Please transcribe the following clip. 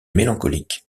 mélancolique